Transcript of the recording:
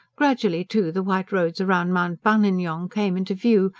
gradually, too, the white roads round mount buninyong came into view,